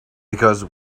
because